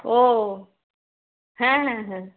ও হ্যাঁ হ্যাঁ হ্যাঁ